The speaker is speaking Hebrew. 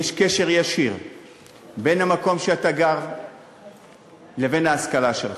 יש קשר ישיר בין המקום שבו אתה גר לבין ההשכלה שלך,